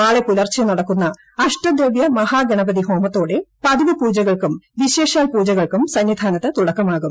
നാളെ പുലർച്ചെ നടക്കുന്ന അഷ്ടദ്രവ്യ മഹാഗണപതി ഹോമത്തോടെ പതിവു പൂജകൾക്കും വിശേഷാൽ പൂജകൾക്കും സന്നിധാനത്ത് തുടക്കമാകും